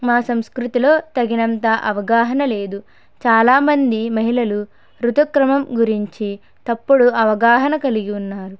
మా సంస్కృతిలో తగినంత అవగాహన లేదు చాలామంది మహిళలు రుతుక్రమం గురించి తప్పుడు అవగాహన కలిగి ఉన్నారు